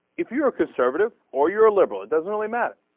if your conservative or your liberal doesn't only map